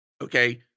okay